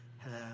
hello